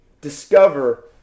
discover